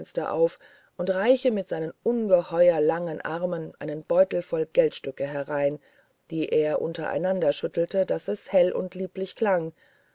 auf und reiche mit seinem ungeheuer langen arm einen beutel voll goldstücke herein die er untereinander schüttelte daß es hell und lieblich klang